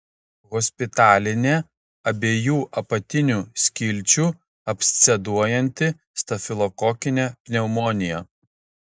hospitalinė abiejų apatinių skilčių absceduojanti stafilokokinė pneumonija